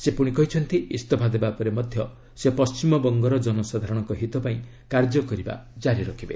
ସେ କହିଛନ୍ତି ଇସ୍ତଫା ଦେବା ପରେ ମଧ୍ୟ ସେ ପଶ୍ଚିମବଙ୍ଗର ଜନସାଧାରଣଙ୍କ ହିତପାଇଁ କାର୍ଯ୍ୟ କରିବା ଜାରି ରଖିବେ